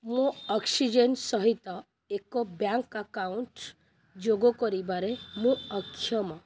ମୋ ଅକ୍ସିଜେନ୍ ସହିତ ଏକ ବ୍ୟାଙ୍କ୍ ଆକାଉଣ୍ଟ ଯୋଗ କରିବାରେ ମୁଁ ଅକ୍ଷମ